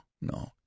no